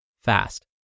fast